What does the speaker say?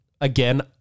Again